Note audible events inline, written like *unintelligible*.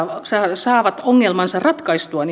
saavat ongelmansa ratkaistua *unintelligible*